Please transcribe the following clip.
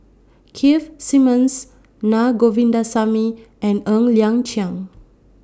Keith Simmons Na Govindasamy and Ng Liang Chiang